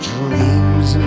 Dreams